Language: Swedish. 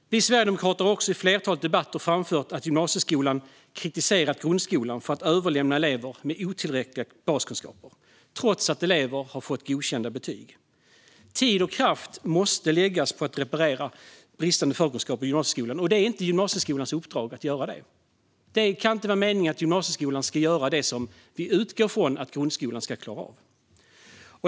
Vi sverigedemokrater har i flertalet debatter framfört att gymnasieskolan har kritiserat grundskolan för att överlämna elever med otillräckliga baskunskaper, trots att eleverna har fått godkända betyg. Tid och kraft måste läggas i gymnasieskolan på att reparera bristande förkunskaper, och det är inte gymnasieskolans uppdrag att göra det. Det kan inte vara meningen att gymnasieskolan ska göra det som vi utgår från att grundskolan ska klara av.